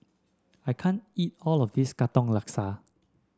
I can't eat all of this Katong Laksa